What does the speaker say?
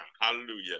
hallelujah